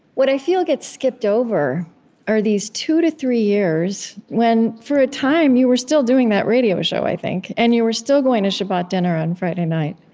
what i feel gets skipped over are these two to three years when, for a time, you were still doing that radio show, i think, and you were still going to shabbat dinner on friday night,